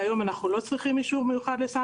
והיום אנחנו לא צריכים אישור מיוחד לסם